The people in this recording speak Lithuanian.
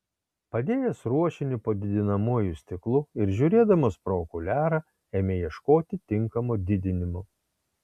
padėjęs ruošinį po didinamuoju stiklu ir žiūrėdamas pro okuliarą ėmė ieškoti tinkamo didinimo